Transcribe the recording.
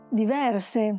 diverse